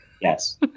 Yes